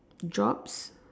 jobs